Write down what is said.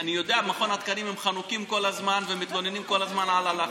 אני יודע שמכון התקנים חנוקים כל הזמן ומתלוננים כל הזמן על הלחץ.